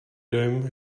dojem